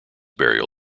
burial